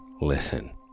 listen